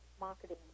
marketing